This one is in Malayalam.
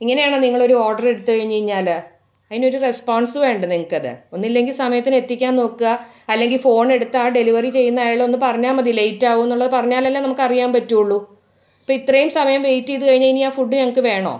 ഇങ്ങനെയാണോ നിങ്ങളൊരു ഹോട്ടലെടുത്ത് കഴിഞ്ഞ് കഴിഞ്ഞാൽ അതിനൊരു റെസ്പോൺസ് വേണ്ടേ നിങ്ങൾക്കത് ഒന്നൂല്ലെങ്കിൽ സമയത്തിനെത്തിക്കാൻ നോക്കുക അല്ലെങ്കിൽ ഫോണെടുത്ത് ആ ഡെലിവറി ചെയ്യുന്നയാളെ ഒന്ന് പറഞ്ഞാൽ മതി ലേറ്റാവൂന്നുള്ള പറഞ്ഞാലല്ലേ നമുക്കറിയാൻ പറ്റൂള്ളൂ ഇപ്പം ഇത്രേം സമയം വെയിറ്റ് ചെയ്ത് കഴിഞ്ഞ് കഴിഞ്ഞാൽ ഫുഡ് ഞങ്ങൾക്ക് വേണോ